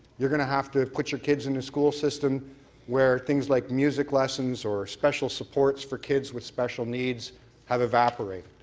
you're going to have to put your kids in a school system where things like music lessons or special supports for kids with special needs have evaporated.